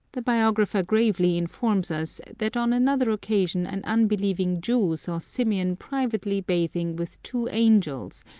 the biographer gravely informs us that on another occasion an unbelieving jew saw symeon privately bathing with two angels,